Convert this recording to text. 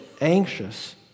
Anxious